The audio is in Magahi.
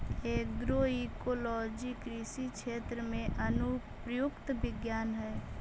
एग्रोइकोलॉजी कृषि क्षेत्र में अनुप्रयुक्त विज्ञान हइ